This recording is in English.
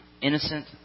innocent